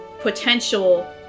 potential